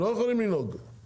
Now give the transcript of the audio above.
הם לא יכולים לנהוג.